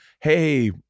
hey